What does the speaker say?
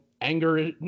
anger